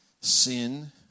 sin